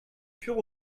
pure